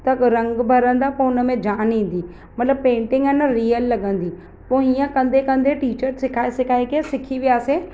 त रंग भरंदा पोइ उन में जान ईंदी मतिलबु पेंटिंग इहे न रीयल लॻंदी पोइ ईअं कंदे कंदे टीचर सेखाए सेखाए के सिखी वियासीं